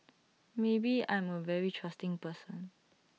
maybe I'm A very trusting person